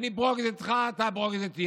אני ברוגז איתך, אתה ברוגז איתי.